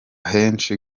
henshi